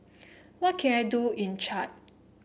what can I do in Chad